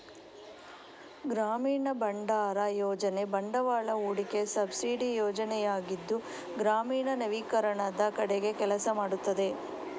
ಗ್ರಾಮೀಣ ಭಂಡಾರ ಯೋಜನೆ ಬಂಡವಾಳ ಹೂಡಿಕೆ ಸಬ್ಸಿಡಿ ಯೋಜನೆಯಾಗಿದ್ದು ಗ್ರಾಮೀಣ ನವೀಕರಣದ ಕಡೆಗೆ ಕೆಲಸ ಮಾಡುತ್ತದೆ